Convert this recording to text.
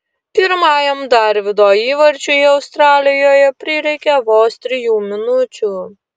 pirmajam darvydo įvarčiui australijoje prireikė vos trijų minučių